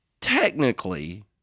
Technically